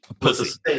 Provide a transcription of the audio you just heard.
Pussy